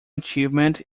achievement